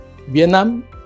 Vietnam